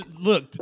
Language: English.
Look